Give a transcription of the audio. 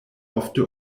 ofte